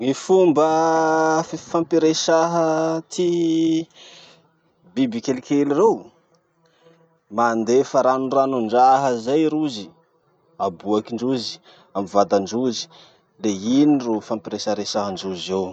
Gny fomba fifampiresaha ty biby kelikely reo. Mandefa ranoranondraha zay rozy aboakindrozy amy vatandrozy. Le iny ro ifampiresaresahandrozy eo.